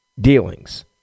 Dealings